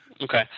Okay